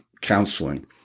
counseling